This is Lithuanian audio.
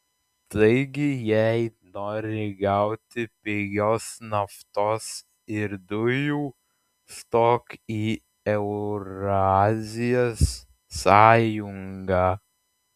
taigi jei nori gauti pigios naftos ir dujų stok į eurazijos sąjungą